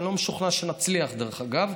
אני לא משוכנע שנצליח, דרך אגב.